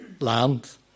land